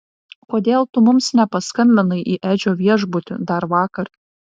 kodėl tu mums nepaskambinai į edžio viešbutį dar vakar